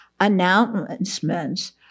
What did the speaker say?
announcements